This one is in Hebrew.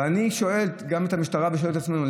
אבל אני שואל גם את המשטרה ושואל את עצמנו: